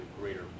greater